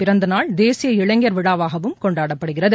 பிறந்தநாள் தேசிய இளைஞர் விழாவாகவும் கொண்டாடப்படுகிறது